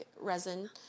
resin